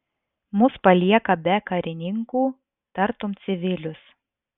mus palieka be karininkų tartum civilius